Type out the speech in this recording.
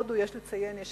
בהודו, יש לציין, יש